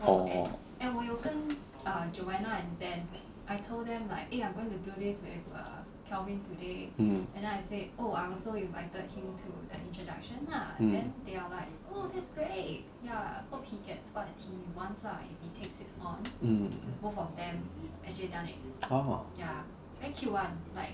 orh mm orh